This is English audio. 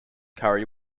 curry